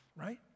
right